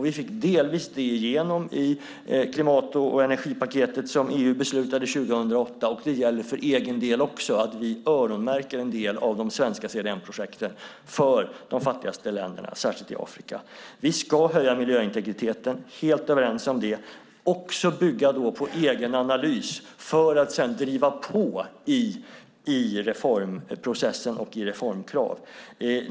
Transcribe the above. Vi fick delvis igenom det i klimat och energipaketet som EU beslutade om 2008, och det gäller även för vår egen del att vi öronmärker en del av de svenska CDM-projekten för de fattigaste länderna, särskilt i Afrika. Vi ska öka miljöintegriteten. Det är vi helt överens om. Vi ska också bygga det på egen analys för att sedan driva på i reformprocessen och i reformkraven.